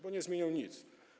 Bo nie zmienią nic.